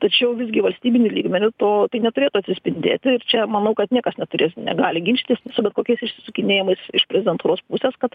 tačiau visgi valstybiniu lygmeniu to neturėtų atsispindėti ir čia manau kad niekas neturės negali ginčytis su bet kokiais išsisukinėjimais iš prezidentūros pusės kad